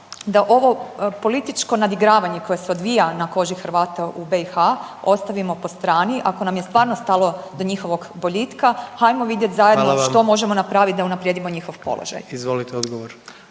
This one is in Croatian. da ovo političko nadigravanje koje se odvija na koži Hrvata u BiH ostavimo po strani, ako vam je stvarno stalo do njihovog boljitka, hajmo vidjeti zajedno .../Upadica: Hvala vam./... što možemo napraviti da unaprijedimo njihov položaj. **Jandroković,